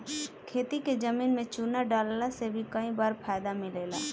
खेती के जमीन में चूना डालला से भी कई बार फायदा मिलेला